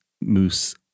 Moose